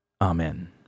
Amen